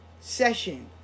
session